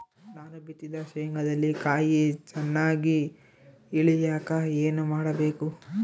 ನಾನು ಬಿತ್ತಿದ ಶೇಂಗಾದಲ್ಲಿ ಕಾಯಿ ಚನ್ನಾಗಿ ಇಳಿಯಕ ಏನು ಮಾಡಬೇಕು?